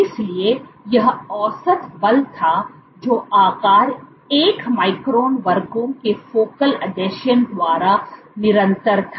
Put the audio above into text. इसलिए यह औसत बल था जो आकार 1 माइक्रोन वर्गों के फोकल आसंजन द्वारा निरंतर था